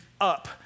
up